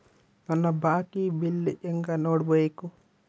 ನನ್ನ ಬಾಕಿ ಬಿಲ್ ಹೆಂಗ ನೋಡ್ಬೇಕು?